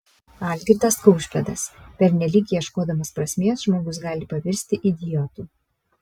algirdas kaušpėdas pernelyg ieškodamas prasmės žmogus gali pavirsti idiotu